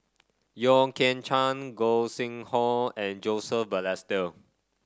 Yeo Kian Chai Gog Sing Hooi and Joseph Balestier